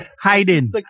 Hiding